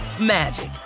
magic